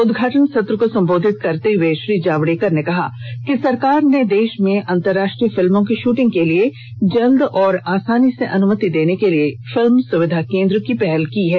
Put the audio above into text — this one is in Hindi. उदघाटन सत्र को संबोधित करते हुए श्री जावडेकर ने कहा कि सरकार ने देश में अंतरराष्ट्रीय फिल्मों की शूटिंग के लिए जल्दी और आसानी से अनुमति देने के लिए फिल्म सुविधा केन्द्र की पहल की है